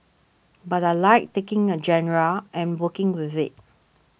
but I like taking a genre and working with it